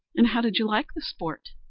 and how did you like the sport?